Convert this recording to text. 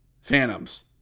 Phantoms